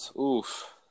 Oof